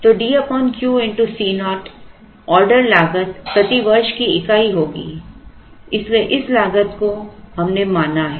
तो D Q C naught order लागत प्रति वर्ष की इकाई होगी इसलिए इस लागत को हमने माना है